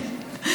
כן,